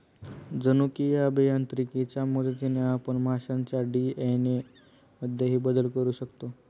जनुकीय अभियांत्रिकीच्या मदतीने आपण माशांच्या डी.एन.ए मध्येही बदल करू शकतो